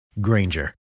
Granger